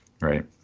right